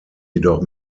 jedoch